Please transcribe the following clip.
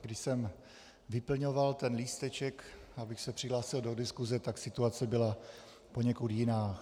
Když jsem vyplňoval ten lísteček, abych se přihlásil do diskuse, tak situace byla poněkud jiná.